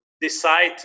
decide